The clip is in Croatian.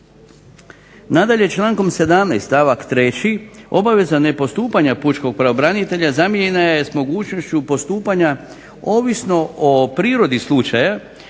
Nadalje, člankom 17. stavak 3. obaveza nepostupanja pučkog pravobranitelja zamijenjena je s mogućnošću postupanja ovisno o prirodi slučaja